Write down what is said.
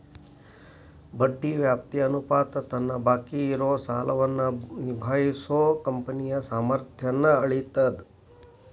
ಬಡ್ಡಿ ವ್ಯಾಪ್ತಿ ಅನುಪಾತ ತನ್ನ ಬಾಕಿ ಇರೋ ಸಾಲವನ್ನ ನಿಭಾಯಿಸೋ ಕಂಪನಿಯ ಸಾಮರ್ಥ್ಯನ್ನ ಅಳೇತದ್